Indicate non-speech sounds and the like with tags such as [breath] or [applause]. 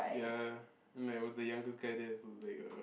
ya [breath] and like I was the youngest guy there so is like uh